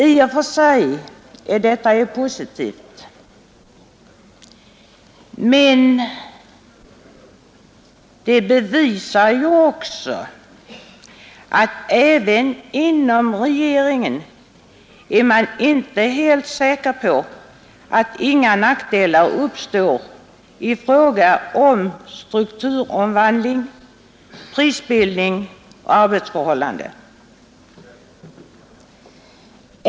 I och för sig är ju detta positivt, men det bevisar också att man även inom regeringen inte är helt säker på att inga nackdelar uppstår i fråga om strukturomvandling, prisbildning och arbetsförhållande.